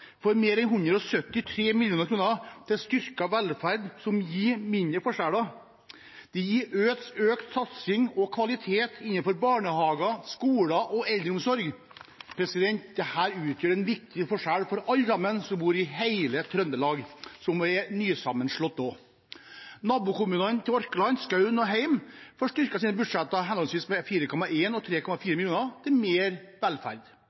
mer enn 173 mill. kr til styrket velferd, som gir mindre forskjeller. Det blir økt satsing og kvalitet innenfor barnehager, skoler og eldreomsorg. Dette utgjør en viktig forskjell for alle som bor i hele Trøndelag, som også er nysammenslått. Nabokommunene til Orkland, Skaun og Heim, får styrket sine budsjetter med henholdsvis 4,1 og 3,4 mill. kr til mer velferd. Vi gir gratis kjernetid i SFO for alle førsteklassinger, og